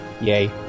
Yay